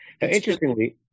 Interestingly